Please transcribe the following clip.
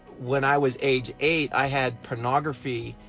when i was age eight i had pornography,